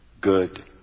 good